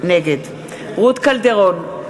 נגד רות קלדרון,